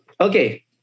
Okay